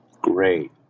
Great